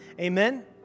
amen